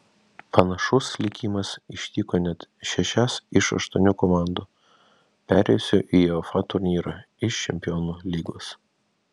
panašus likimas ištiko net šešias iš aštuonių komandų perėjusių į uefa turnyrą iš čempionų lygos